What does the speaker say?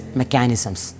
mechanisms